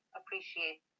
appreciate